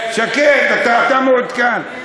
שקט, אתה מעודכן.